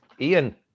ian